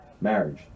marriage